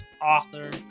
author